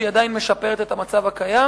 שעדיין משפרת את המצב הקיים.